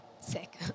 sick